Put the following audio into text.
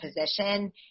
position